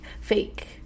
fake